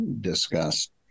discussed